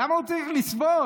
למה הוא צריך לסבול?